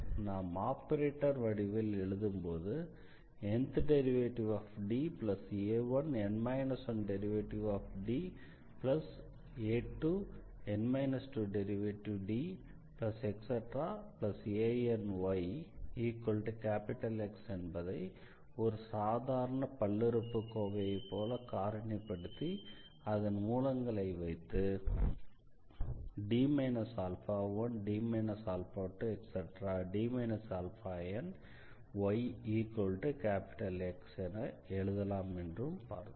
அடுத்ததாக நாம் ஆபரேட்டர் வடிவில் எழுதும்போது Dna1Dn 1a2Dn 2anyX என்பதை ஒரு சாதாரண பல்லுறுப்புக்கோவையை போல காரணிப்படுத்தி அதன் மூலங்களை வைத்து D 1D 2⋯yX என எழுதலாம் என்றும் பார்த்தோம்